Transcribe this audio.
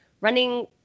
running